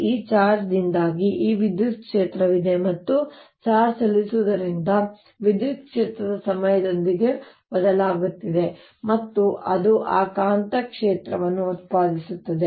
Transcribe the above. ಈ ಚಾರ್ಜ್ನಿಂದಾಗಿ ಈ ವಿದ್ಯುತ್ ಕ್ಷೇತ್ರವಿದೆ ಮತ್ತು ಚಾರ್ಜ್ ಚಲಿಸುವುದರಿಂದ ವಿದ್ಯುತ್ ಕ್ಷೇತ್ರವು ಸಮಯದೊಂದಿಗೆ ಬದಲಾಗುತ್ತದೆ ಮತ್ತು ಅದು ಆ ಕಾಂತಕ್ಷೇತ್ರವನ್ನು ಉತ್ಪಾದಿಸುತ್ತದೆ